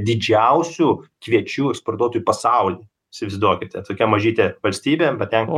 didžiausių kviečių eksportuotojų pasauly įsivaizduokite tokia mažytė valstybė patenka